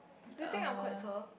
do you think I'm quite soft